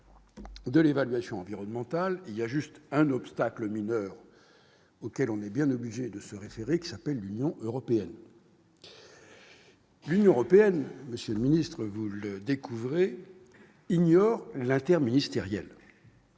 De l'évaluation environnementale, il y a juste un obstacle mineur auquel on est bien obligé de se référer, qui s'appelle l'Union européenne. L'Union européenne, monsieur le ministre vous le Découvrez ignore l'interministériel